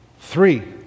Three